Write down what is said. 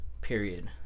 period